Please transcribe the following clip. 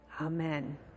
Amen